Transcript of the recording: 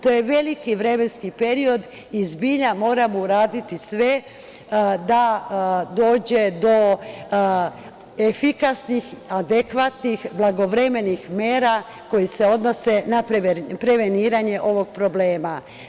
To je veliki vremenski period i zbilja moramo uraditi sve da dođe do efikasnih, adekvatnih, blagovremenih mera koje se odnose na preveniranje ovog problema.